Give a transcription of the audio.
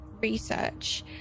research